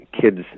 kids